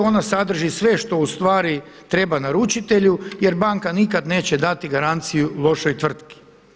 Ona sadrži sve što u stvari treba naručitelju, jer banka nikad neće dati garanciju lošoj tvrtki.